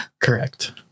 Correct